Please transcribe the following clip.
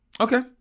Okay